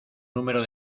número